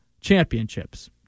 championships